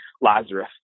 Lazarus